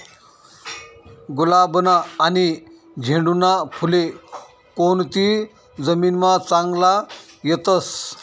गुलाबना आनी झेंडूना फुले कोनती जमीनमा चांगला येतस?